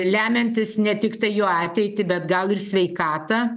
lemiantis ne tiktai jo ateitį bet gal ir sveikatą